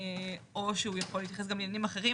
או שהוא יכול להתייחס גם לעניינים אחרים.